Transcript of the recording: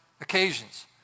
occasions